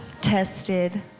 tested